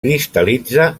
cristal·litza